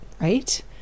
right